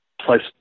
place